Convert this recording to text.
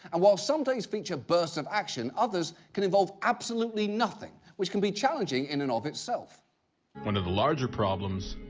and whilst some days feature bursts of action, others can involve absolutely nothing, which can be challenging in and of itself. reporter one of the larger problems.